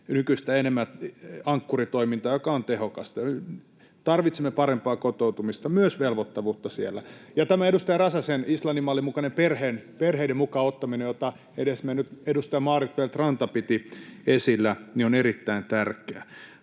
nykyistä enemmän Ankkuri-toimintaa, joka on tehokasta, tarvitsemme parempaa kotoutumista, myös velvoittavuutta siellä, ja tämä edustaja Räsäsen Islannin-mallin mukainen perheiden mukaan ottaminen, jota edesmennyt edustaja Maarit Feldt-Ranta piti esillä, on erittäin tärkeä.